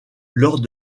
lors